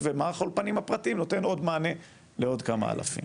ומערך האולפנים הפרטיים נותן עוד מענה לעוד כמה אלפים.